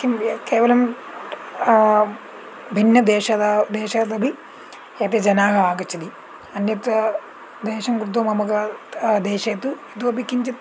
किं व् केवलं भिन्नदेशात् देशादपि कति जनाः आगच्छति अन्यत् देशं कृत्वा मम देशे तु इतोऽपि किञ्चित्